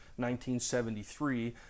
1973